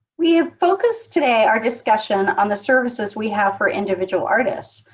we have focused today our discussion on the services we have for individual artists,